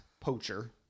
poacher